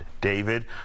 David